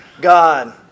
God